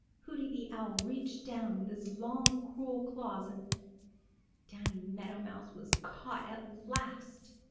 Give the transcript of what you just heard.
hooty the owl reached down with his long cruel claws and danny meadow mouse was caught at last!